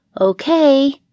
Okay